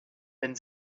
wenn